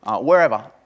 wherever